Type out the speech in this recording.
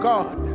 God